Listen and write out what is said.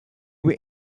were